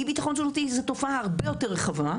אי ביטחון תזונתי זו תופעה הרבה יותר רחבה,